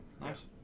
Nice